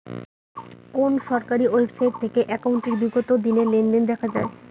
কোন সরকারি ওয়েবসাইট থেকে একাউন্টের বিগত দিনের লেনদেন দেখা যায়?